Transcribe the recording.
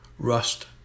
Rust